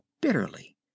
bitterly